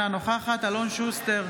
אינה נוכחת אלון שוסטר,